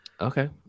Okay